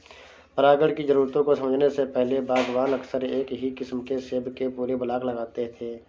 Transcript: परागण की जरूरतों को समझने से पहले, बागवान अक्सर एक ही किस्म के सेब के पूरे ब्लॉक लगाते थे